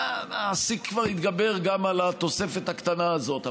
המעסיק כבר יתגבר גם על התוספת הקטנה הזאת.